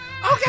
Okay